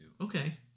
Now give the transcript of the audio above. okay